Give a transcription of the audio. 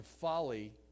folly